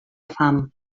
fam